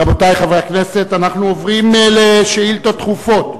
רבותי חברי הכנסת, אנחנו עוברים לשאילתות דחופות,